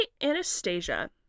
Anastasia